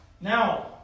Now